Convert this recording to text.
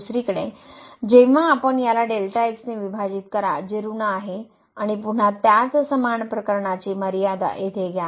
दुसरीकडे जेव्हा आपण याला ने विभाजित करा जे ऋण आहे आणि पुन्हा त्याच समान प्रकरणाची मर्यादा येथे घ्या